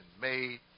made